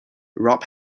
rob